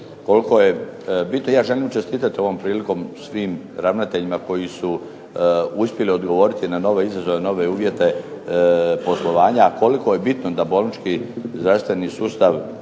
Koliko je bitno, ja želim čestitati ovom prilikom svim ravnateljima koji su uspjeli odgovoriti na nove izazove, nove uvjete poslovanja, koliko je bitno da bolnički zdravstveni sustav